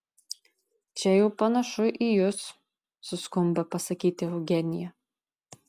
čia jau panašu į jus suskumba pasakyti eugenija